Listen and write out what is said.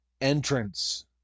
entrance